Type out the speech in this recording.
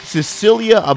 Cecilia